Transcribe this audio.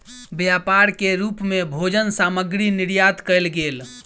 व्यापार के रूप मे भोजन सामग्री निर्यात कयल गेल